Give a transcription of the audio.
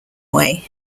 way